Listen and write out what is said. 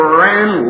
ran